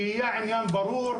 שיהיה עניין ברור,